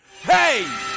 Hey